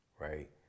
right